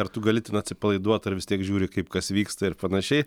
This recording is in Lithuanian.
ar tu gali ten atsipalaiduot ar vis tiek žiūri kaip kas vyksta ir panašiai